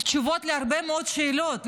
תשובות להרבה מאוד שאלות,